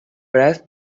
press